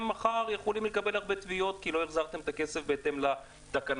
מחר יכולים לקבל הרבה תביעות כי לא החזרתם את הכסף בהתאם לתקנות.